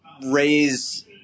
raise